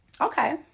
Okay